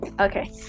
Okay